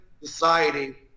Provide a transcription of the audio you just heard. society